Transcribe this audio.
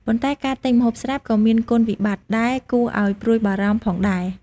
ប៉ុន្តែ ការទិញម្ហូបស្រាប់ក៏មាន គុណវិបត្តិ ដែលគួរឱ្យព្រួយបារម្ភផងដែរ។